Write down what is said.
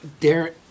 Darren